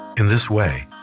in this way,